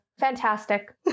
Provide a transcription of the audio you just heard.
fantastic